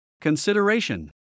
consideration